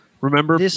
remember